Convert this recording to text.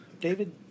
David